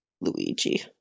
Luigi